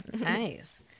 nice